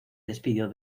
despidió